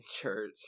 church